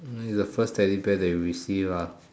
it's the first teddy bear that you receive ah